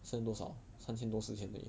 剩多少三千多四千而已